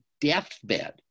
deathbed